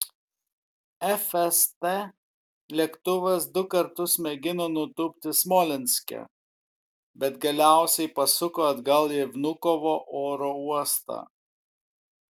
fst lėktuvas du kartus mėgino nutūpti smolenske bet galiausiai pasuko atgal į vnukovo oro uostą